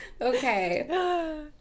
Okay